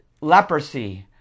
leprosy